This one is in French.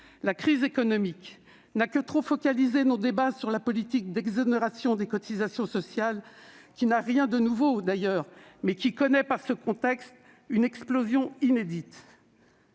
La crise économique n'a que trop focalisé nos débats sur la politique d'exonération des cotisations sociales- celle-ci n'a rien de nouveau, mais elle connaît dans ce contexte une explosion inédite.